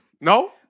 No